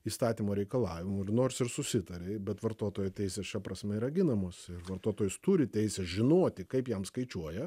įstatymo reikalavimų ir nors ir susitarei bet vartotojo teisės šia prasme yra ginamos vartotojas turi teisę žinoti kaip jam skaičiuoja